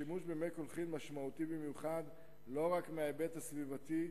השימוש במי קולחין משמעותי במיוחד לא רק מההיבט הסביבתי,